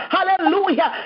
Hallelujah